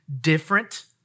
different